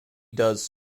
does